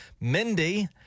Mindy